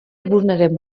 guneren